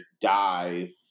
dies